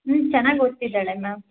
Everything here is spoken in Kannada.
ಹ್ಞೂ ಚೆನ್ನಾಗ್ ಓದ್ತಿದ್ದಾಳೆ ಮ್ಯಾಮ್